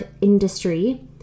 industry